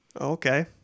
Okay